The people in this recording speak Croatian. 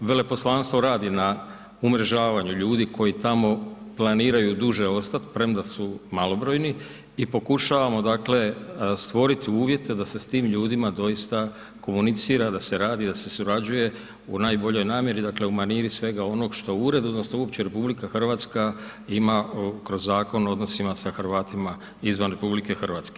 veleposlanstvo radi na umrežavanju ljudi koji tamo planiraju duže ostat, premda su malobrojni i pokušavamo dakle stvoriti uvjete da se s tim ljudima doista komunicira, da se radi, da se surađuje u najboljoj namjeri, dakle u maniri svega onoga što ured, odnosno uopće RH ima kroz Zakon o odnosima sa Hrvatima izvan RH.